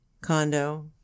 condo